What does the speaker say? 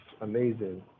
amazing